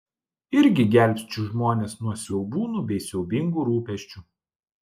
irgi gelbsčiu žmones nuo siaubūnų bei siaubingų rūpesčių